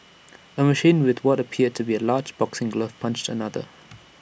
A machine with what appeared to be A large boxing glove punched another